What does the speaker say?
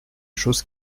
chose